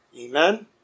Amen